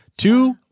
Two